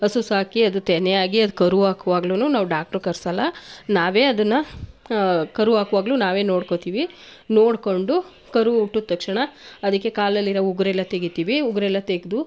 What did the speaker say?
ಹಸು ಸಾಕಿ ಅದು ತೆನೆ ಆಗಿ ಅದು ಕರು ಹಾಕುವಾಗ್ಲೂ ನಾವು ಡಾಕ್ಟ್ರು ಕರ್ಸೋಲ್ಲ ನಾವೇ ಅದನ್ನು ಕರು ಹಾಕುವಾಗ್ಲೂ ನಾವೇ ನೋಡ್ಕೊತೀವಿ ನೋಡಿಕೊಂಡು ಕರು ಹುಟ್ಟಿದ ತಕ್ಷಣ ಅದಕ್ಕೆ ಕಾಲಲ್ಲಿರೋ ಉಗುರೆಲ್ಲಾ ತೆಗಿತೀವಿ ಉಗುರೆಲ್ಲಾ ತೆಗೆದು